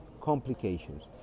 complications